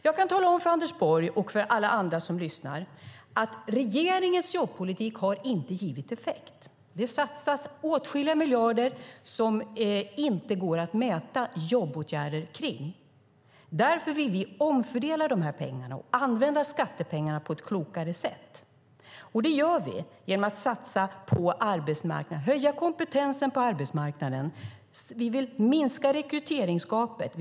Jag kan tala om för Anders Borg och för alla andra som lyssnar att regeringens jobbpolitik inte har gett någon effekt. Det satsas åtskilliga miljarder på jobbåtgärder som det inte går att mäta effekterna av. Därför vill vi omfördela de här pengarna och använda skattepengarna på ett klokare sätt. Det gör vi genom att satsa på arbetsmarknaden. Vi vill höja kompetensen på arbetsmarknaden. Vi vill minska rekryteringsgapet.